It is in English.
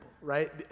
right